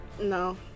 no